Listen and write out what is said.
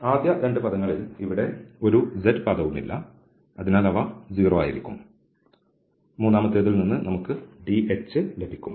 ആദ്യ 2 പദങ്ങളിൽ ഇവിടെ ഒരു z പദവുമില്ല അതിനാൽ അവ 0 ആയിരിക്കും മൂന്നാമത്തേതിൽ നിന്ന് നമുക്ക് dh ലഭിക്കും